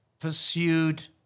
pursued